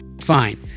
fine